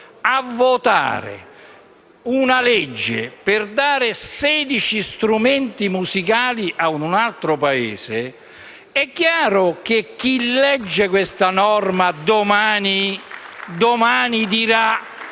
a votare una legge per dare 16 strumenti musicali ad un altro Paese è chiaro che chi legge questa norma domani si